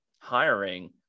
hiring